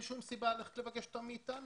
אין שום סיבה ללכת לבקש אותם מאתנו.